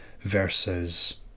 versus